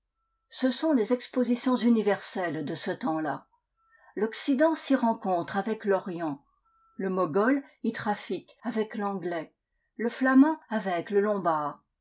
ce sont les expositions universelles de ce temps-là l'occident s'y rencontre avec l'orient le mogol y trafique avec l'anglais le flamand avec le lombard